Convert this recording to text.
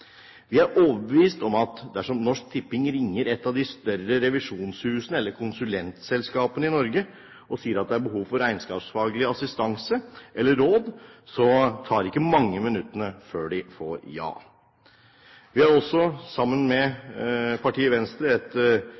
Vi er overbevist om at dersom Norsk Tipping ringer et av de større revisjonshusene eller konsulentselskapene i Norge og sier at de har behov for regnskapsfaglig assistanse eller råd, så tar det ikke mange minuttene før de får et ja. Vi har også, sammen med partiet Venstre, et